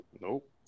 Nope